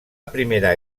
primera